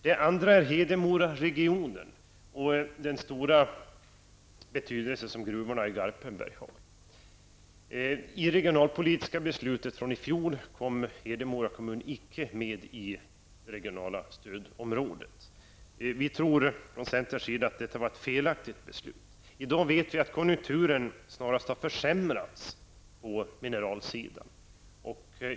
Det andra är Hedemoraregionen och den stora betydelse för denna region som Garpenbergsgruvorna har. I det regionalpolitiska beslutet i fjol kom Hedemora kommun inte med i det regionala stödområdet. Vi i centern tror att detta var ett felaktigt beslut. I dag har konjunkturen på mineralsidan snarast försämrats.